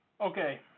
Okay